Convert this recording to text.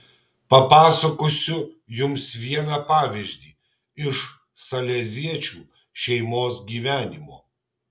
papasakosiu jums vieną pavyzdį iš saleziečių šeimos gyvenimo